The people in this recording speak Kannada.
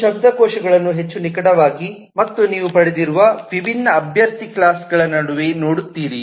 ನೀವು ಶಬ್ದಕೋಶವನ್ನು ಹೆಚ್ಚು ನಿಕಟವಾಗಿ ಮತ್ತು ನೀವು ಪಡೆದಿರುವ ವಿಭಿನ್ನ ಅಭ್ಯರ್ಥಿ ಕ್ಲಾಸ್ಗಳ ನಡುವೆ ನೋಡುತ್ತೀರಿ